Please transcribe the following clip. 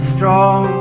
strong